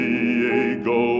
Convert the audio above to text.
Diego